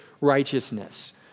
righteousness